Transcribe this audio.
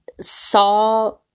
saw